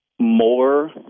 more